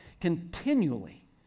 Continually